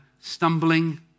stumbling